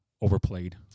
overplayed